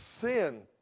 sin